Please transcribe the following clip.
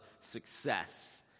success